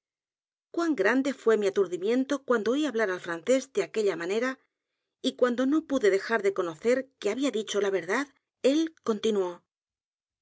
d e fué mi aturdimiento cuando oí hablar al francés de aquella manera y cuando no pude dejar de conocer que había dicho la verdad el continuó